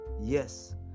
yes